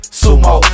sumo